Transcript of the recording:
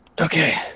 Okay